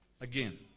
again